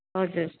हजुर